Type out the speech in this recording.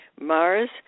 Mars